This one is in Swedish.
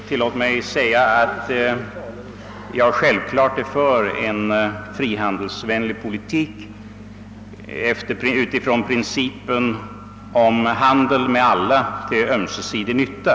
Herr talman! Naturligtvis är jag för en frihandelsvänlig politik utifrån principen om handel med alla till ömsesidig nytia.